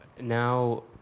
now